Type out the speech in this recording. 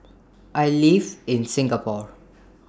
I live in Singapore